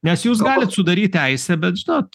nes jūs galit sudaryti teisę bet žinot